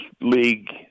league